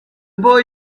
boy